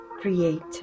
creator